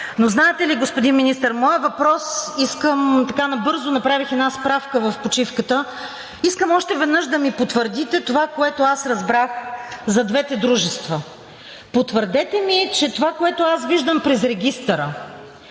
Но знаете ли, господин Министър, в почивката така набързо направих една справка и искам още веднъж да ми потвърдите това, което аз разбрах за двете дружества. Потвърдете ми, че това, което аз виждам през Регистъра,